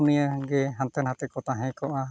ᱯᱩᱱᱭᱟᱹᱜᱮ ᱦᱟᱱᱛᱮ ᱱᱟᱛᱮᱠᱚ ᱛᱟᱦᱮᱸ ᱠᱚᱜᱼᱟ